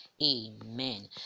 Amen